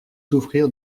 souffrir